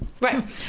Right